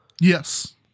Yes